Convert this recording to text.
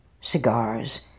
cigars